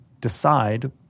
decide